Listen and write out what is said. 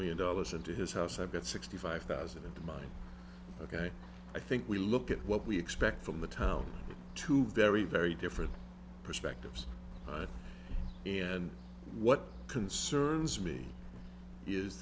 million dollars into his house i've got sixty five thousand into mine ok i think we look at what we expect from the town two very very different perspectives and what concerns me is